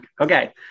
Okay